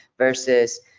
versus